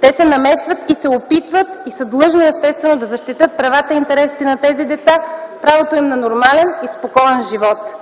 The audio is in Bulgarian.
те се намесват, опитват се и са длъжни, естествено, да защитят правата и интересите на тези деца – правото им на нормален и спокоен живот.